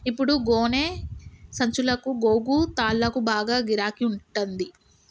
ఇప్పుడు గోనె సంచులకు, గోగు తాళ్లకు బాగా గిరాకి ఉంటంది